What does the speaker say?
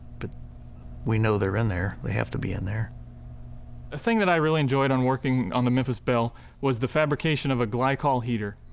but we know they're in there. they have to be in there. a thing that i really enjoyed on working on the memphis belle was the fabrication of a glycol heater.